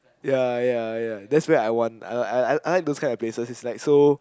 ya ya ya that's where uh I want I like those kind of places it's like so